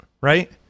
Right